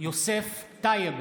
יוסף טייב,